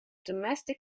domestic